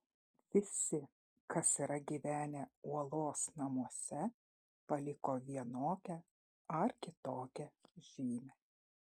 visi kas yra gyvenę uolos namuose paliko vienokią ar kitokią žymę